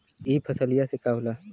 ई फसलिया से का होला?